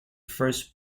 first